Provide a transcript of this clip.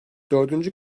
dördüncü